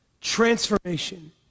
transformation